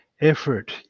effort